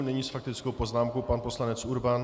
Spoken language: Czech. Nyní s faktickou poznámkou pan poslanec Urban.